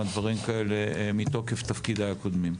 דברים כאלה מתוקף תפקידיי הקודמים.